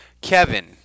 Kevin